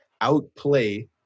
outplay